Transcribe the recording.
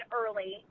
early